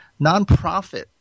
nonprofit